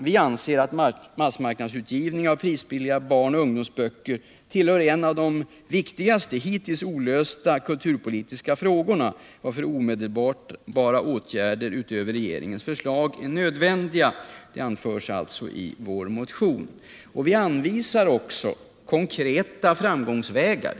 Vi anser att en massmarknadsutgivning av prisbilliga barn och ungdomsböcker tillhör en av de viktigaste hittills olösta kulturpolitiska frågorna, varför omedelbara åtgärder utöver regeringens förslag är nödvändiga.” Detta anförs alltså i vår motion. Vi anvisar också konkreta framgångsvägar.